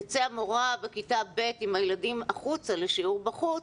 תצא המורה בכיתה ב' עם הילדים החוצה לשיעור בחוץ,